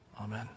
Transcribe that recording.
Amen